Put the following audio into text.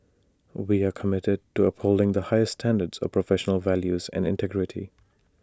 we are committed to upholding the highest standards of professional values and integrity